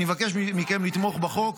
אני מבקש מכם לתמוך בחוק.